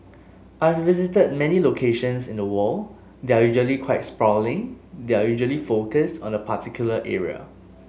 I've visited many locations in the world they're usually quite sprawling they're usually focused on a particular area